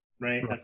Right